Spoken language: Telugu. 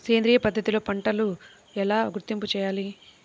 సేంద్రియ పద్ధతిలో పంటలు ఎలా గుర్తింపు చేయాలి?